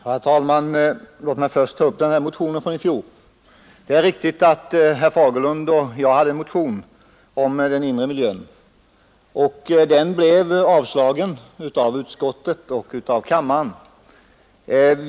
Herr talman! Låt mig först ta upp motionen från i fjol. Det är riktigt att herr Fagerlund och jag hade en motion om den inre miljön. Den blev avstyrkt av utskottet och avslagen av riksdagen.